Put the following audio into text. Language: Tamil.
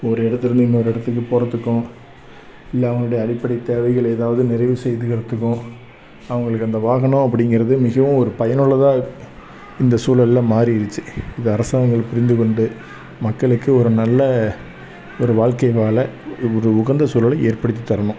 ஒரு இடத்துலேந்து இன்னொரு இடத்துக்கு போகறத்துக்கும் இல்லை அவங்களுடைய அடிப்படை தேவைகள் ஏதாவது நிறைவு செய்யறதுக்கும் அவங்களுக்கு அந்த வாகனம் அப்படிங்கறது மிகவும் ஒரு பயனுள்ளதாக இந்த சூழல்ல மாறிருச்சு இது அரசாங்கங்கள் புரிந்துக்கொண்டு மக்களுக்கு ஒரு நல்ல ஒரு வாழ்க்கை வாழ ஒரு உகந்த சூழல ஏற்படுத்தி தரணும்